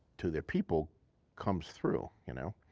to their people comes through, you know.